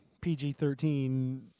pg-13